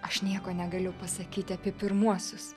aš nieko negaliu pasakyti apie pirmuosius